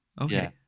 Okay